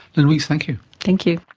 lynn weekes, thank you. thank you.